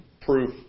proof